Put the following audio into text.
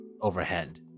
overhead